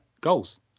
goals